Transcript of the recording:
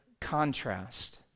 contrast